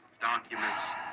documents